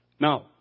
Now